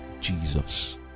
Jesus